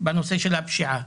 בנושא של הפשיעה.